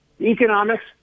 economics